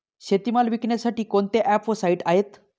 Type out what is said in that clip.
शेतीमाल विकण्यासाठी कोणते ॲप व साईट आहेत?